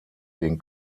den